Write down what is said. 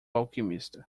alquimista